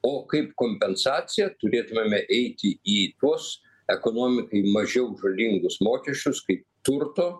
o kaip kompensaciją turėtumėme eiti į tuos ekonomikai mažiau žalingus mokesčius kaip turto